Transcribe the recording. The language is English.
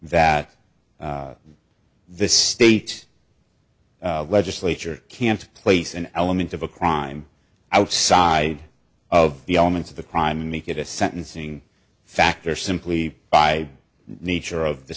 that this state legislature can't place an element of a crime outside of the elements of the crime and make it a sentencing factor simply by nature of the